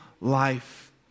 life